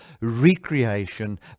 recreation